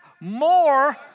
more